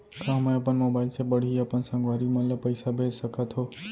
का मैं अपन मोबाइल से पड़ही अपन संगवारी मन ल पइसा भेज सकत हो?